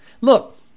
Look